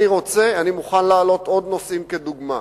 אני מוכן להעלות עוד נושאים כדוגמה,